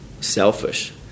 selfish